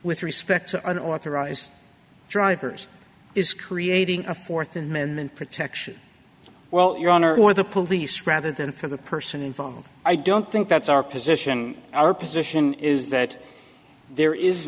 with respect to the north arise drivers is creating a fourth amendment protection well your honor for the police rather than for the person involved i don't think that's our position our position is that there is